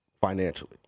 financially